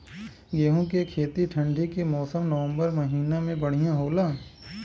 गेहूँ के खेती ठंण्डी के मौसम नवम्बर महीना में बढ़ियां होला?